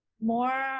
more